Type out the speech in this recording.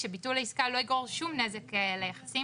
שביטול העסקה לא יגרום שום נזק ליחסים.